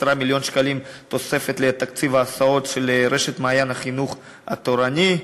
10 מיליון שקלים תוספת לתקציב ההסעות של רשת "מעיין החינוך התורני",